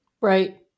Right